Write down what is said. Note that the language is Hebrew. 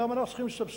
למה אנחנו צריכים לסבסד,